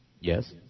Yes